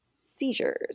seizures